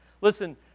Listen